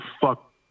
fuck